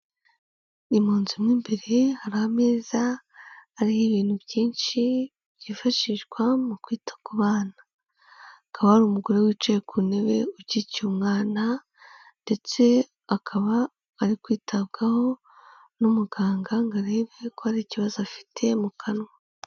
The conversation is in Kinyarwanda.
Ni mu nzu mo mbere, hari ameza ariho ibintu byinshi byifashishwa mu kwita ku bana. Hakaba hari umugore wicaye ku ntebe ukikiye umwana ndetse akaba ari kwitabwaho n'umuganga ngo arebe ko hari ikibazo afite mu kanwa.